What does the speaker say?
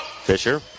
Fisher